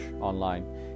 online